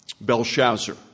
Belshazzar